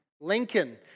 Lincoln